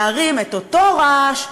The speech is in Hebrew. להרים את אותו רעש,